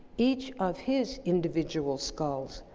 each of his individual skulls,